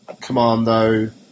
Commando